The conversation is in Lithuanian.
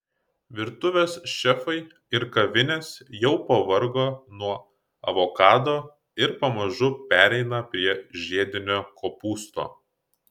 virtuvės šefai ir kavinės jau pavargo nuo avokado ir pamažu pereina prie žiedinio kopūsto